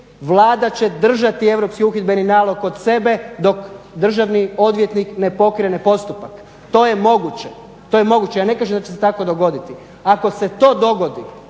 Vlada će držati europski uhidbeni nalog kod sebe dok državni odvjetnik ne pokrene postupak. To je moguće, ja ne kažem da će se tako dogoditi. Ako se to dogodi,